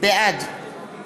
בעד